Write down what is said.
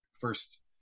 first